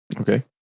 okay